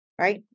Right